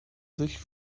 sich